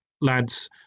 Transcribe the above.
lads